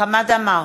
חמד עמאר,